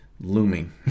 Looming